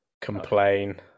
complain